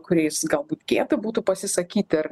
kuriais galbūt gėda būtų pasisakyti ar